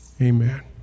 Amen